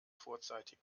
vorzeitig